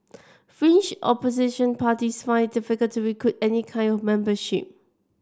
fringe opposition parties find it difficult to recruit any kind of membership